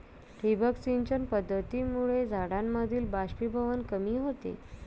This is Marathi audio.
ठिबक सिंचन पद्धतीमुळे झाडांमधील बाष्पीभवन कमी होते